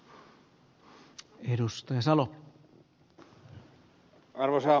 arvoisa herra puhemies